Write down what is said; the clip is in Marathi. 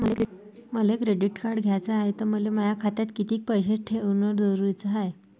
मले क्रेडिट कार्ड घ्याचं हाय, त मले माया खात्यात कितीक पैसे ठेवणं जरुरीच हाय?